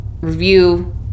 review